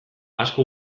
asko